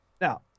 Now